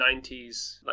90s